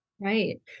Right